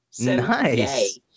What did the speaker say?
Nice